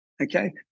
okay